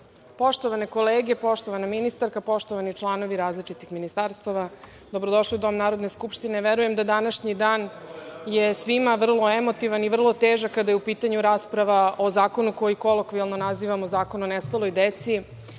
kolege, poštovana ministarka, poštovani članovi različitih ministarstava, dobrodošli u dom Narodne Skupštine. Verujem da današnji dan je svima vrlo emotivan i vrlo težak, kad je u pitanju rasprava o zakonu koji kolokvijalno nazivamo zakon o nestaloj deci,